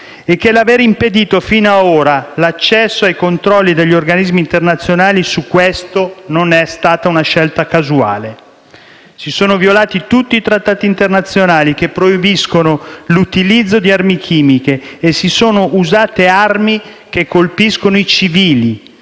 e che l'aver impedito fino a ora l'accesso ai controlli degli organismi internazionali su questo non è stata una scelta casuale. Si sono violati tutti i trattati internazionali che proibiscono l'utilizzo di armi chimiche e si sono usate armi che colpiscono i civili,